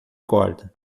corda